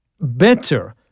better